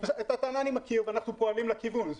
את הטענה אני מכיר, ואנחנו פועלים לכיוון.